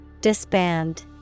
Disband